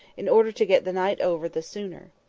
in order to get the night over the sooner.